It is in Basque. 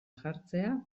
jartzea